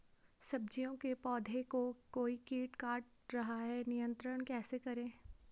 सब्जियों के पौधें को कोई कीट काट रहा है नियंत्रण कैसे करें?